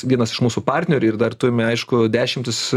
vienas iš mūsų partnerių ir dar turime aišku dešimtis